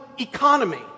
economy